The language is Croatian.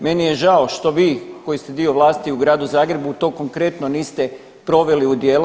Meni je žao što vi koji ste dio vlasti u Gradu Zagrebu to konkretno niste proveli u djelo.